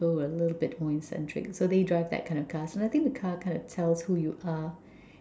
people who are a bit more eccentric so the car kind of like tells who you are